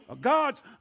God's